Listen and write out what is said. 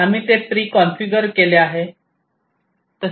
आम्ही ते preconfigure केले आहे